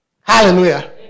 Hallelujah